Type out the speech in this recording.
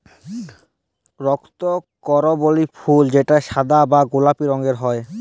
রক্তকরবী ফুল যেটা সাদা বা গোলাপি রঙের হ্যয়